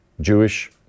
Jewish